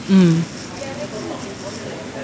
um